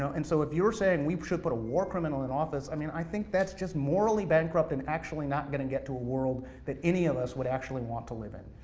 so and so if you're saying we should put a war criminal into and office, i mean, i think that's just morally bankrupt and actually not going to get to a world that any of us would actually want to live in.